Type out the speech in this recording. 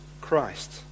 Christ